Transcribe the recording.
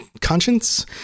conscience